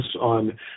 on